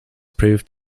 proved